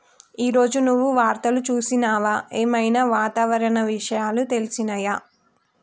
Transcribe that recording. ఈ రోజు నువ్వు వార్తలు చూసినవా? ఏం ఐనా వాతావరణ విషయాలు తెలిసినయా?